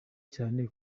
cyane